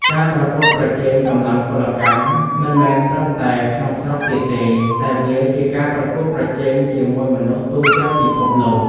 ការប្រកួតប្រជែងកម្លាំងពលកម្មមិនមែនត្រឹមតែក្នុងស្រុកទៀតទេ តែវាជាការប្រកួតប្រជែងជាមួយមនុស្សទូទាំងពិភពលោក។